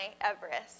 Everest